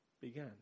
began